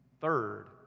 Third